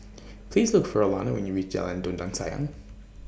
Please Look For Alanna when YOU REACH Jalan Dondang Sayang